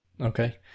Okay